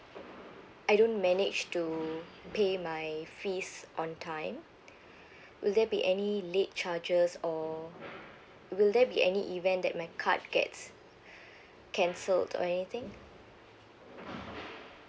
I don't manage to pay my fees on time will there be any late charges ow will there be any event that my card gets cancelled or anything